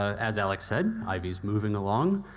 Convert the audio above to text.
as alex said, ivy's moving along.